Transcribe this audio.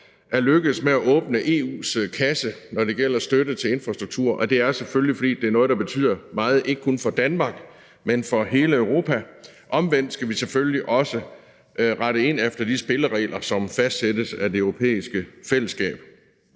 er lykkedes med at åbne EU's kasse, når det gælder støtte til infrastruktur, og det er selvfølgelig, fordi det er noget, der betyder meget, ikke kun for Danmark, men for hele Europa. Omvendt skal vi selvfølgelig også rette ind efter de spilleregler, som fastsættes af Det Europæiske Fællesskab.